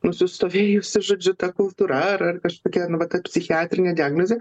nusistovėjusi žodžiu ta kultūra ar ar kažkokia nu vat ta psichiatrinė diagnozė